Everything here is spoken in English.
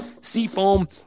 seafoam